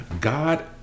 God